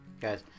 Guys